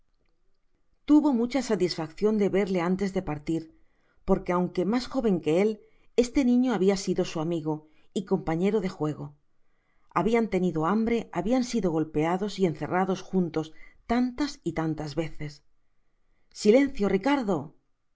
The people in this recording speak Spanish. tuvo mucha satisfaccion de verle antes de partir porque aunque mas joven que él esle niño habia sido su amigo y compañero de juego habian tenido hambre habian sido golpeados y encerrados juntos tantas y tantas veces silencio ricardo